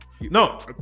No